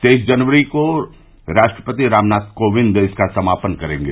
तेईस जनवरी को राष्ट्रपति रामनाथ कोविंद इसका समापन करेंगे